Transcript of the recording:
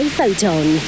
Photon